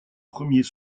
premiers